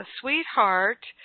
sweetheart